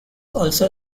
also